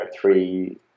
three